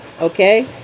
Okay